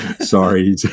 Sorry